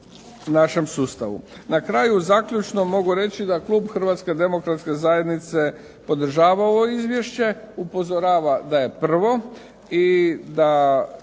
Na kraju zaključno mogu reći da klub Hrvatske demokratske zajednice podržava ovo izvješće, upozorava da je prvo i da